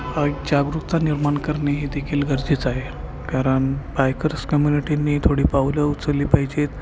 एक जागरूकता निर्माण करणे हे देखील गरजेचं आहे कारण बायकर्स कम्युनिटींनी थोडी पावलं उचलली पाहिजेत